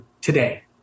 today